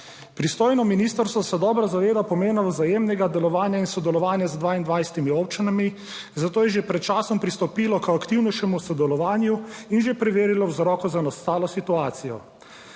Pristojno ministrstvo se dobro zaveda pomena vzajemnega delovanja in sodelovanja z 22 občinami, zato je že pred časom pristopilo k aktivnejšemu sodelovanju in že preverilo vzroke za nastalo situacijo.